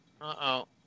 Uh-oh